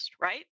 right